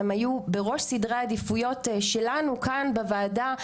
הם היו בראש סדרי העדיפויות שלנו כאן בוועדה,